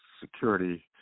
security